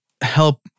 help –